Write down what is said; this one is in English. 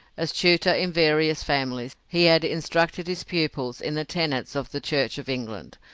as tutor in various families, he had instructed his pupils in the tenets of the church of england,